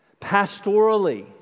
pastorally